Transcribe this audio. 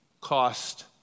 cost